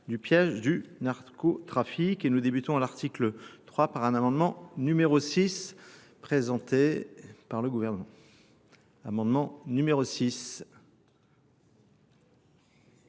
du piège du narcotrafique et nous débutons à l'article 3 par un amendement numéro 6 présenté par le gouvernement. Excusez-moi,